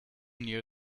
near